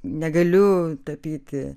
negaliu tapyti